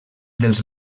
dels